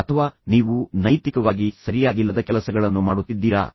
ಅಥವಾ ನೀವು ನೈತಿಕವಾಗಿ ಸರಿಯಾಗಿಲ್ಲದ ಕೆಲಸಗಳನ್ನು ಮಾಡುತ್ತಿದ್ದೀರಾ